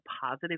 positive